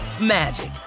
magic